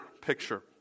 picture